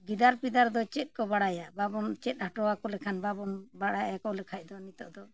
ᱜᱤᱫᱟᱹᱨᱼᱯᱤᱫᱟᱹᱨ ᱫᱚ ᱪᱮᱫ ᱠᱚ ᱵᱟᱲᱟᱭᱟ ᱵᱟᱵᱚᱱ ᱪᱮᱫ ᱦᱚᱴᱚ ᱟᱠᱚ ᱞᱮᱠᱷᱟᱱ ᱵᱟᱵᱚᱱ ᱵᱟᱲᱟᱭ ᱟᱠᱚ ᱞᱮᱠᱷᱟᱡ ᱫᱚ ᱱᱤᱛᱳᱜ ᱫᱚ